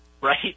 right